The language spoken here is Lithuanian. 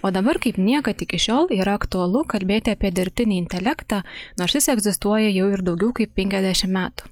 o dabar kaip niekad iki šiol yra aktualu kalbėti apie dirbtinį intelektą nors jis egzistuoja jau ir daugiau kaip penkiasdešim metų